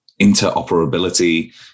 interoperability